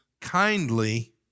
kindly